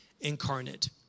incarnate